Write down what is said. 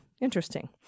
Interesting